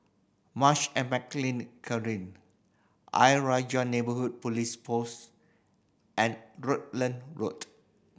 Marsh and McLennan Ayer Rajah Neighbourhood Police Post and Rutland Road